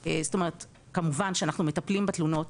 כמובן שאנחנו מטפלים בתלונות,